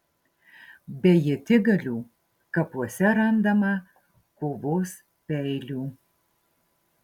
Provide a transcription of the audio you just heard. be ietigalių kapuose randama kovos peilių